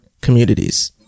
communities